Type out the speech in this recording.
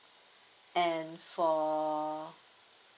and for